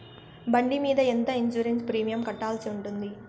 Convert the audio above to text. బండి మీద ఎంత ఇన్సూరెన్సు ప్రీమియం కట్టాల్సి ఉంటుంది?